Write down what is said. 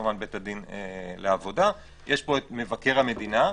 כמובן בית הדין לעבודה, יש פה מבקר המדינה.